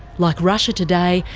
like russia today,